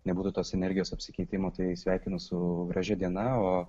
nebūtų tos energijos apsikeitimo tai sveikinu su gražia diena o